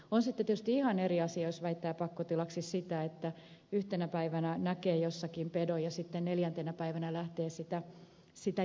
on sitten tietysti ihan eri asia jos väittää pakkotilaksi sitä että yhtenä päivänä näkee jossakin pedon ja sitten neljäntenä päivänä lähtee sitä jäljittämään